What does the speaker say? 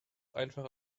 einfach